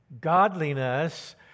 Godliness